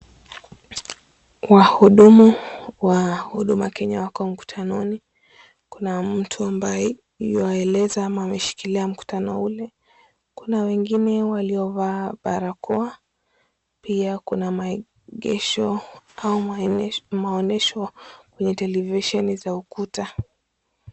Wahudumu wa Huduma Kenya wako mkutanoni kuna mtu ambaye yuaeleza ama kushikilia mkutano ule, kuna wengine waliovaa barakoa pia kuna maegesho au maonyesho kwenye televisheni za ukuta.